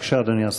בבקשה, אדוני השר.